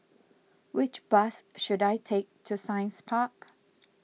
which bus should I take to Science Park